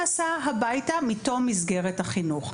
הוא זכאי להסעה הביתה מתום מסגרת החינוך.